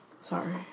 Sorry